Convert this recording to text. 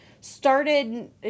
started